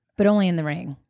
but only in the ring,